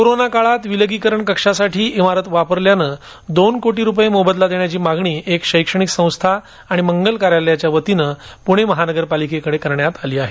corona काळात विलगीकरण कक्षासाठी इमारत वापरल्याने दोन कोटी रुपये मोबदला देण्याची मागणी एक शैक्षणिक संस्था आणि मंगल कार्यालयातर्फे प्णे महापालिकेकडे करण्यात आली आहे